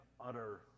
utter